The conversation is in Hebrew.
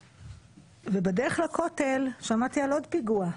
בדרך לכותל שמעתי על עוד פיגוע.